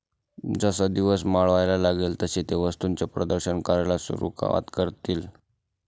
जसा दिवस मावळायला लागेल तसे ते वस्तूंचे प्रदर्शन करायला सुरुवात करतील